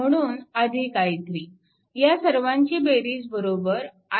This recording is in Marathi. म्हणून i3 ह्या सर्वांची बेरीज बरोबर i4